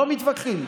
לא מתווכחים.